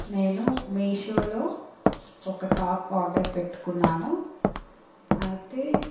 నేను మీషోలో ఒక టాప్ ఆర్డర్ పెట్టుకున్నాను అయితే